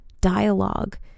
dialogue